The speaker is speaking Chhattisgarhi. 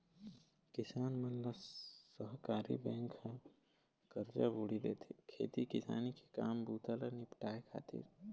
किसान मन ल सहकारी बेंक ह करजा बोड़ी देथे, खेती किसानी के काम बूता ल निपाटय खातिर